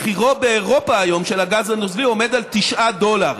מחירו באירופה של הגז הנוזלי עומד היום על 9 דולר,